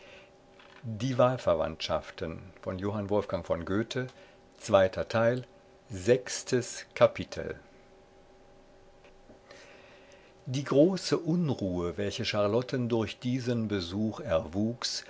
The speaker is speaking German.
als ernten sechstes kapitel die große unruhe welche charlotten durch diesen besuch erwuchs